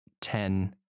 ten